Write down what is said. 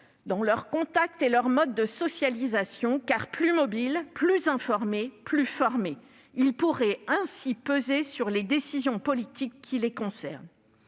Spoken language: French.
dans leurs contacts et leurs modes de socialisation, car plus mobiles, plus informés, plus formés. Ils pourraient ainsi peser sur les décisions politiques qui les concernent.